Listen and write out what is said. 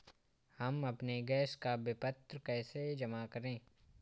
हम अपने गैस का विपत्र कैसे जमा करें?